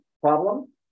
problem